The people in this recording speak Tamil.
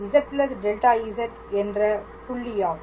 y δyz δz என்ற புள்ளியாகும்